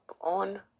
on